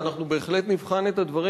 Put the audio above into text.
ואנחנו בהחלט נבחן את הדברים.